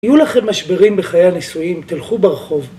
יהיו לכם משברים בחיי הנישואים, תלכו ברחוב.